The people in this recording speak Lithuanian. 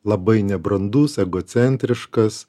labai nebrandus egocentriškas